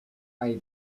hay